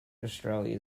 australia